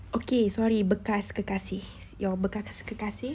okay sorry bekas kekasih your bekas kekasih